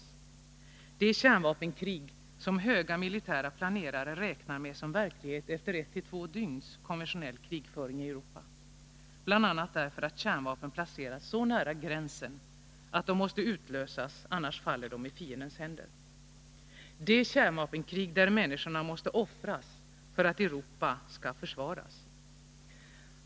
Det är detta kärnvapenkrig som höga militära planerare räknar med som verklighet efter 1-2 dygns konventionell krigföring i Europa, bl.a. därför att kärnvapnen placerats så nära gränsen att de måste utlösas, annars faller de i fiendens händer. Det gäller det kärnvapenkrig där människorna måste offras för att Europa skall ”försvaras”.